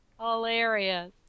Hilarious